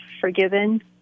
forgiven